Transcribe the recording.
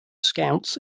scouts